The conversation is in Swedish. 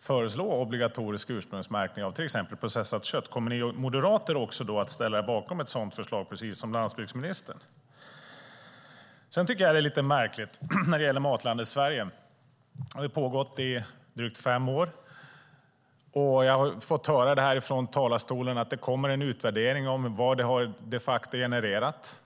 föreslå obligatorisk ursprungsmärkning till exempel av processat kött, kommer även ni moderater då att ställa er bakom ett sådant förslag, precis som landsbygdsministern? När det gäller Matlandet Sverige tycker jag att det är lite märkligt. Det har pågått i drygt fem år. Jag har fått höra här från talarstolen att det kommer en utvärdering om vad det de facto har genererat.